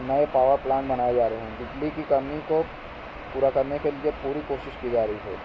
نئے power plant بنائے جا رہے ہیں بجلی کی کمی کو پورا کرنے کے لیے پوری کوشش کی جا رہی ہے